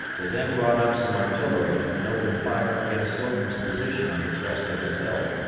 they then brought up some artillery and opened fire against slocum's position on the crest of the hill.